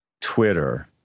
Twitter